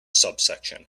subsection